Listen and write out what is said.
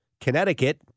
Connecticut